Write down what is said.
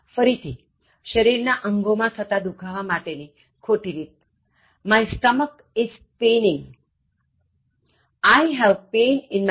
ફરીથીશરીર ના અંગો માં થતાં દુખાવા માટે ની ખોટી રીત My stomach is paining I have pain in my stomach